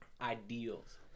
ideals